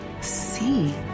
see